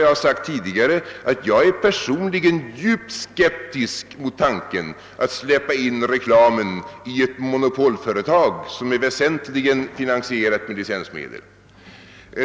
Jag har tidigare sagt att jag personligen är djupt skeptisk mot tanken på att släppa in reklamen i ett monopolföretag som är finansierat väsentligen med licensmedel.